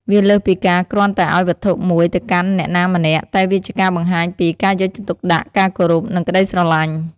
វាលើសពីការគ្រាន់តែឱ្យវត្ថុមួយទៅកាន់អ្នកណាម្នាក់ តែវាជាការបង្ហាញពី ការយកចិត្តទុកដាក់ ការគោរព និងក្តីស្រឡាញ់។